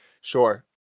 Sure